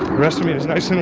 rest of me is nice